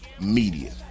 media